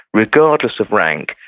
regardless of rank,